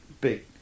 big